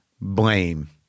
blame